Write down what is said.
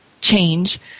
change